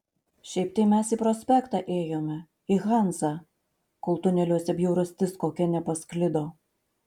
šiaip tai mes į prospektą ėjome į hanzą kol tuneliuose bjaurastis kokia nepasklido